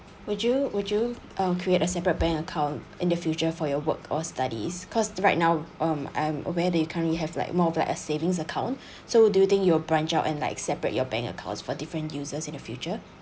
would you would you uh create a separate bank account in the future for your work or studies because right now um I'm aware that you currently have like more of like a savings account so do you think you'll branch out and like separate your bank accounts for different uses in the future